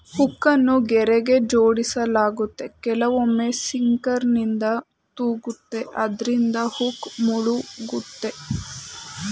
ಹುಕ್ಕನ್ನು ಗೆರೆಗೆ ಜೋಡಿಸಲಾಗುತ್ತೆ ಕೆಲವೊಮ್ಮೆ ಸಿಂಕರ್ನಿಂದ ತೂಗುತ್ತೆ ಅದ್ರಿಂದ ಹುಕ್ ಮುಳುಗುತ್ತೆ